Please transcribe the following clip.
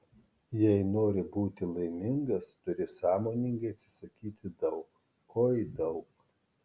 jei nori būti laimingas turi sąmoningai atsisakyti daug oi daug